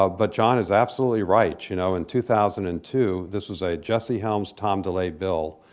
ah but john is absolutely right, you know, in two thousand and two, this was a jesse helms tom delay bill,